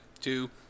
two